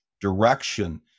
direction